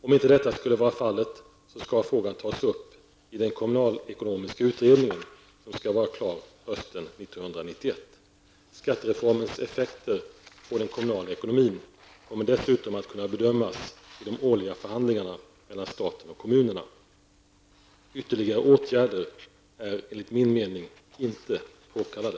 Om inte detta skulle vara fallet skall frågan tas upp i den kommunalekonomiska utredningen, som skall vara klar hösten 1991. Skattereformens effekter på den kommunala ekonomin kommer dessutom att kunna bedömas i de årliga förhandlingarna mellan staten och kommunerna. Ytterligare åtgärder är enligt min mening inte påkallade.